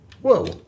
whoa